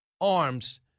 arms